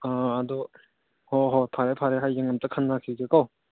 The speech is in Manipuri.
ꯑꯗꯨ ꯍꯣꯏ ꯍꯣꯏ ꯐꯔꯦ ꯐꯔꯦ ꯍꯌꯦꯡ ꯑꯝꯇ ꯈꯟꯅꯔꯛꯈꯤꯒꯦꯀꯣ